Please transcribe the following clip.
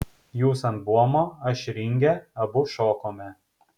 jūs ant buomo aš ringe abu šokome